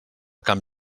camp